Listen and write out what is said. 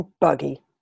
Buggy